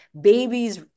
babies